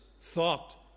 thought